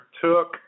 took